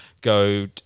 go